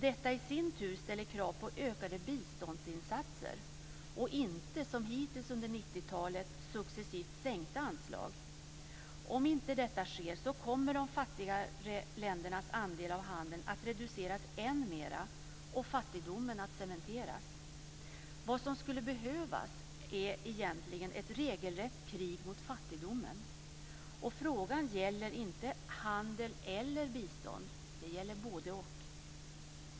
Detta i sin tur ställer krav på ökade biståndsinsatser och inte, som under 90-talet, successivt sänkta anslag. Om inte detta sker kommer de fattigare ländernas andel av handeln att reduceras än mera och fattigdomen att cementeras. Vad som skulle behövas är egentligen ett regelrätt krig mot fattigdomen. Frågan gäller inte handel eller bistånd. Den gäller både-och.